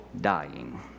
dying